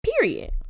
Period